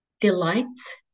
delights